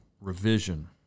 revision